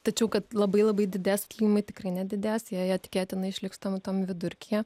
tačiau kad labai labai didės atlyginimai tikrai nedidės jie tikėtina išliks tam tam vidurkyje